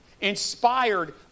inspired